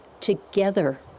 together